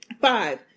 Five